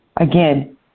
Again